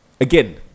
again